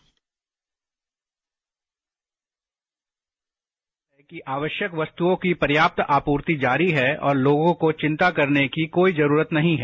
सरकार ने कहा है कि आवश्यक वस्तुओं की पर्याप्त आपूर्ति जारी है और लोगों को चिंता करने की कोई जरूरत नहीं है